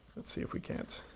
let's see if we can't.